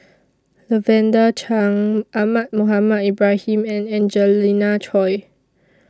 Lavender Chang Ahmad Mohamed Ibrahim and Angelina Choy